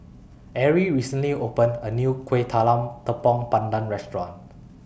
Arie recently opened A New Kueh Talam Tepong Pandan Restaurant